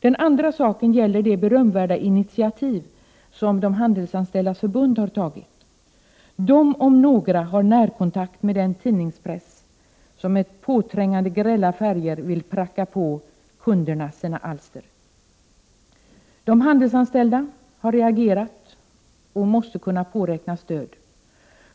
Den andra invändningen hänger ihop med det berömvärda initiativ Handelsanställdas förbund har tagit. Medlemmarna där har närkontakt med den tidningspress som med påträngande grälla färger vill pracka på kunderna sina alster. Handelsanställda har reagerat och måste kunna påräkna stöd.